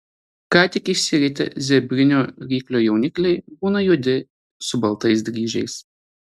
ką tik išsiritę zebrinio ryklio jaunikliai būna juodi su baltais dryžiais